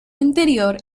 interior